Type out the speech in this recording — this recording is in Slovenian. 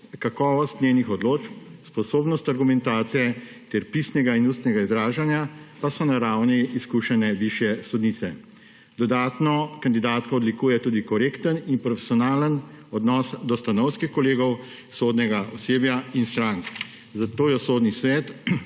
kakovost njenih odločb, sposobnost argumentacije ter pisnega in ustnega izražanja pa so na ravni izkušene višje sodnice. Dodatno kandidatko odlikuje tudi korekten in profesionalen odnos do stanovskih kolegov, sodnega osebja in strank. Zato jo Sodni svet